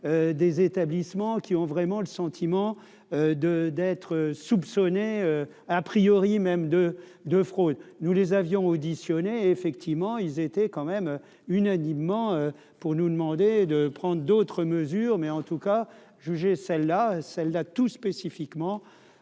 des établissements qui ont vraiment le sentiment de d'être soupçonné, a priori, et même de de fraude, nous les avions auditionnées effectivement ils étaient quand même unanimement pour nous demander de prendre d'autres mesures, mais en tout cas jugé celle-là, celle-là tout spécifiquement